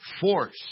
force